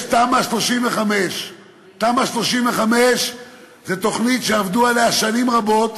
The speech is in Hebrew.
יש תמ"א 35. תמ"א 35 זו תוכנית שעבדו עליה שנים רבות,